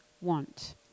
want